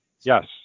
Yes